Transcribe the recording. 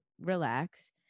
relax